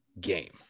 game